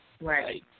Right